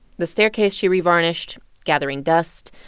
the staircase she revarnished gathering dust.